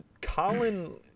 Colin